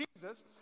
Jesus